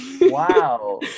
wow